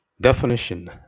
Definition